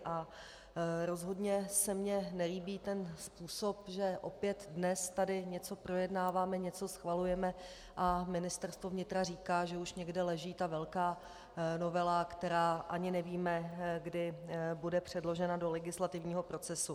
A rozhodně se mně nelíbí způsob, že opět dnes tady něco projednáváme, něco schvalujeme a Ministerstvo vnitra říká, že už někde leží velká novela, která ani nevíme, kdy bude předložena do legislativního procesu.